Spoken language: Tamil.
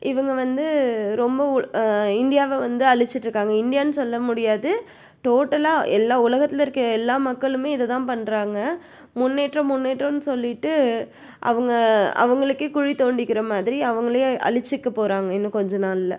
இவங்க வந்து ரொம்ப இந்தியாவை வந்து அழிச்சிட்டுருக்காங்க இந்தியான்னு சொல்ல முடியாது டோட்டலாக எல்லா உலகத்தில் இருக்க எல்லா மக்களுமே இதை தான் பண்ணுறாங்க முன்னேற்றம் முன்னேற்றம்னு சொல்லிவிட்டு அவங்க அவங்களுக்கே குழித் தோண்டிக்கிற மாதிரி அவங்களே அழிச்சிக்க போகறாங்க இன்னும் கொஞ்ச நாளில்